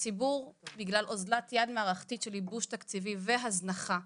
הציבור בגלל אוזלת יד מערכתית של ייבוש תקציבי והזנחה.